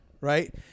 right